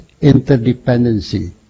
interdependency